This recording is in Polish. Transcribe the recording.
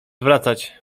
wracać